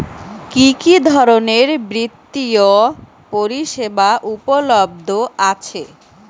কি কি ধরনের বৃত্তিয় পরিসেবা উপলব্ধ আছে?